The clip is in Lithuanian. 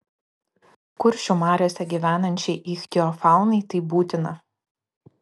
kuršių mariose gyvenančiai ichtiofaunai tai būtina